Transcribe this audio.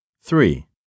Three